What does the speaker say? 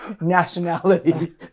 nationality